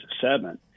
seven